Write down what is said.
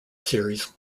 series